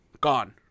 gone